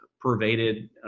pervaded